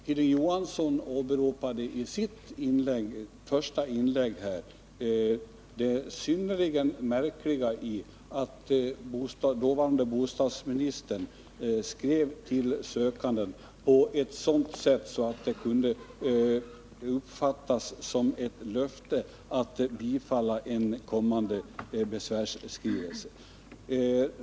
Hilding Johansson poängterade i sitt första inlägg det synnerligen märkliga i att dåvarande bostadsministern skrev till sökanden på ett sådant sätt att det kunde uppfattas som ett löfte att bifalla i en kommande besvärsskrivelse.